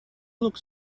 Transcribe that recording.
looked